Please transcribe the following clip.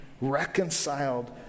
reconciled